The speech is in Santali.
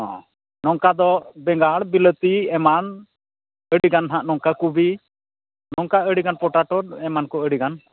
ᱦᱮᱸ ᱱᱚᱝᱠᱟᱫᱚ ᱵᱮᱸᱜᱟᱲ ᱵᱤᱞᱟᱹᱛᱤ ᱮᱢᱟᱱ ᱟᱹᱰᱤᱜᱟᱱ ᱦᱟᱸᱜ ᱱᱚᱝᱠᱟ ᱠᱚᱵᱤ ᱱᱚᱝᱠᱟ ᱟᱹᱰᱤᱜᱟᱱ ᱯᱚᱴᱟᱴᱳ ᱮᱢᱟᱱᱠᱚ ᱟᱹᱰᱤᱜᱟᱱ